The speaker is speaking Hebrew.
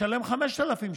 משלם 5,000 שקל.